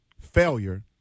failure